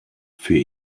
für